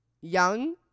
Young